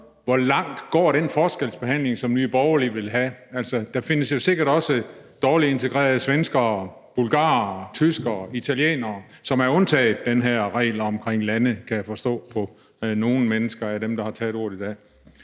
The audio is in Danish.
Hvor langt går den forskelsbehandling, som Nye Borgerlige vil have? Der findes jo sikkert også dårligt integrerede svenskerne, bulgarere, tyskere, italienere, som er undtaget den her regel om lande, kan jeg forstå på nogle af dem, der har taget ordet i dag.